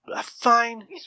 Fine